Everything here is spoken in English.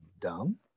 dumb